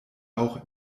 auch